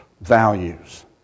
values